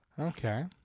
Okay